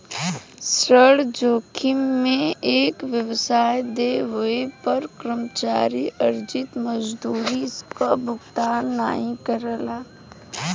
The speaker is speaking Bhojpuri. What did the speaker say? ऋण जोखिम में एक व्यवसाय देय होये पर कर्मचारी अर्जित मजदूरी क भुगतान नाहीं करला